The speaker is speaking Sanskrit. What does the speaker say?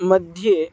मध्ये